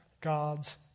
God's